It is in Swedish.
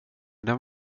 dem